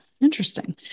Interesting